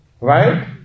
Right